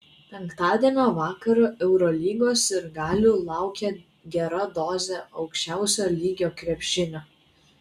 penktadienio vakarą eurolygos sirgalių laukia gera dozė aukščiausio lygio krepšinio